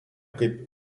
kaip